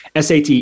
SAT